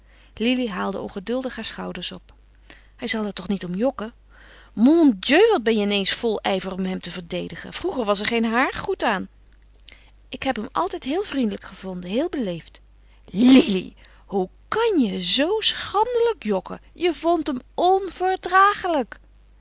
lili haalde ongeduldig haar schouders op hij zal er toch niet om jokken mon dieu wat ben je in eens vol ijver om hem te verdedigen vroeger was er geen haar goed aan ik heb hem altijd heel vriendelijk gevonden heel beleefd lili hoe kan je zoo schandelijk jokken je vond hem